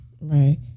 Right